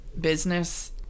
business